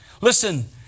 Listen